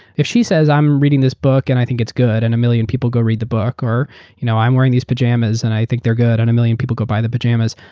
if she says i'm reading this book and i think it's good, and a million of people go read the book, or you know i'm wearing these pajamas and i think they're good, and a million people go buy the pajamas,